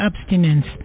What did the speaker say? abstinence